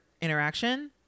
interaction